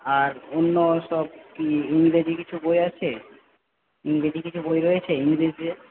আর অন্যসব কি ইংরাজি কিছু বই আছে ইংরাজি কিছু বই রয়েছে ইংলিশে